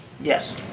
Yes